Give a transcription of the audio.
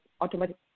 automatic